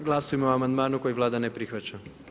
Glasujmo o amandmanu koji vlada ne prihvaća.